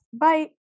Bye